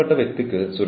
electronic നിരീക്ഷണം